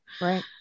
right